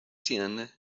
ten